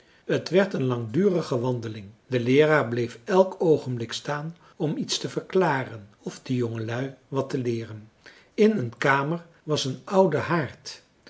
t werd een langdurige wandeling de leeraar bleef elk oogenblik staan om iets te verklaren of de jongelui wat te leeren in een kamer was een oude haard